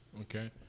Okay